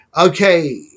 Okay